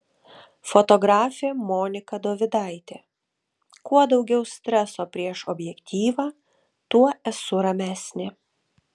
fotografė monika dovidaitė kuo daugiau streso prieš objektyvą tuo esu ramesnė